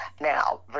Now